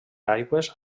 aigües